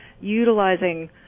utilizing